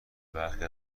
برخی